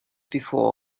before